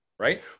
Right